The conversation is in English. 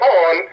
on